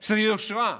של יושרה,